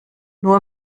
nur